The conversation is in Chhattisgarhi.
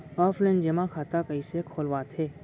ऑफलाइन जेमा खाता कइसे खोलवाथे?